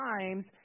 times